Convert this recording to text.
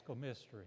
Mystery